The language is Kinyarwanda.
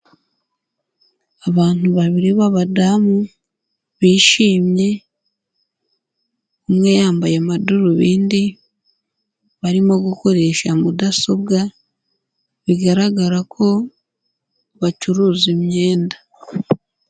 Abantu babiri b'abadamu, bishimye, umwe yambaye amadarubindi, barimo gukoresha mudasobwa, bigaragara ko bacuruza imyenda.